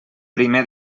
primer